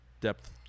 depth